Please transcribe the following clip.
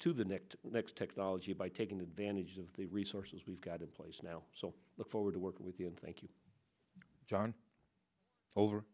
to the next next technology by taking advantage of the resources we've got in place now so look forward to working with you and thank you john